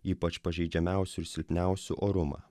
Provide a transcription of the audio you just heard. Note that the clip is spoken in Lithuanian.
ypač pažeidžiamiausių ir silpniausių orumą